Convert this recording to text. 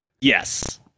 Yes